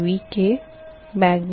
Yik